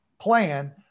plan